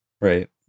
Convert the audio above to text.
right